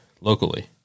locally